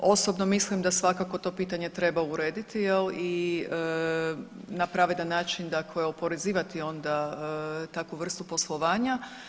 Osobno mislim da svakako to pitanje treba urediti jel i na pravedan način dakle oporezivati onda takvu vrstu poslovanja.